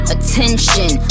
Attention